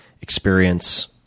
experience